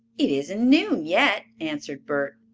it isn't noon yet, answered bert.